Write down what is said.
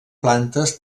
plantes